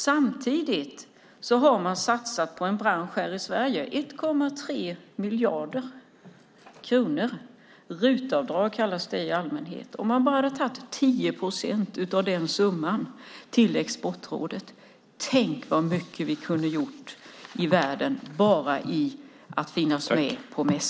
Samtidigt har man satsat 1,3 miljarder kronor på en bransch i Sverige genom RUT-avdraget. Man hade kunnat ta bara 10 procent av den summan till Exportrådet. Tänk vad mycket vi då hade kunnat göra i världen bara genom att finnas med på mässor.